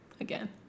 again